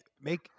make